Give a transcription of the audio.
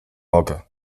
mogę